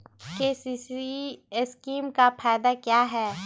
KCC scheme का फायदा क्या है?